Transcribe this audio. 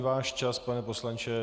Váš čas, pane poslanče.